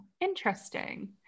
Interesting